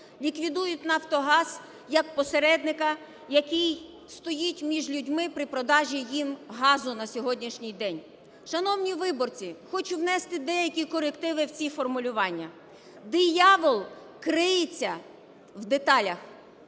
ліквідують "Нафтогаз" як посередника, який стоїть між людьми при продажі їм газу на сьогоднішній день. Шановні виборці, хочу внести деякі корективи в ці формулювання. Диявол криється в деталях.